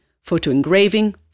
photo-engraving